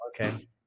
Okay